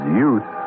youth